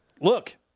Look